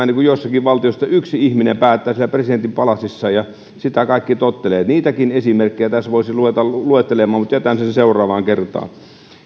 niin kuin joissakin valtioissa että yksi ihminen päättää siellä presidentin palatsissa ja sitä kaikki tottelevat niitäkin esimerkkejä tässä voisi ruveta luettelemaan mutta jätän sen seuraavaan kertaan